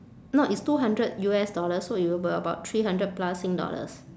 no it's two hundred U_S dollars so it will be about three hundred plus sing dollars